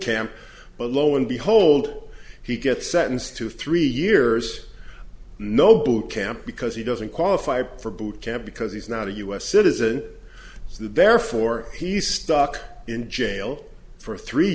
camp but lo and behold he gets sentenced to three years no boot camp because he doesn't qualify for boot camp because he's not a u s citizen so therefore he's stuck in jail for three